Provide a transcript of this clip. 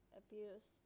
abuse